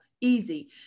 easy